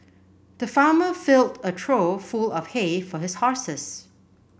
the farmer filled a trough full of hay for his horses